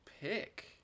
pick